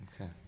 Okay